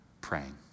praying